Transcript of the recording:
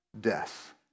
death